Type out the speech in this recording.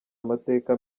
amateka